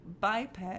biped